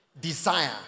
desire